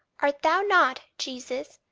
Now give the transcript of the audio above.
art thou not, jesus,